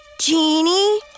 Genie